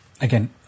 again